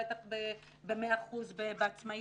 בטח ב-100% בעצמאי